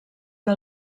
que